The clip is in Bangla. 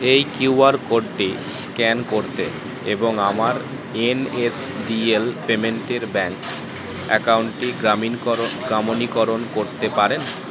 এই কিউ আর কোডটি স্ক্যান করতে এবং আমার এন এস ডি এল পেমেন্টের ব্যাঙ্ক অ্যাকাউন্টটি গ্রামীণকরণ গ্রামণীকরণ করতে পারেন